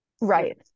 Right